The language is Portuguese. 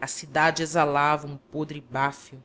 a cidade exalava um podre béfio